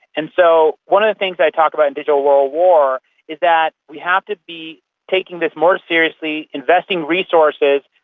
and so one of the things i talk about in digital world war is that we have to be taking this more seriously, investing resources,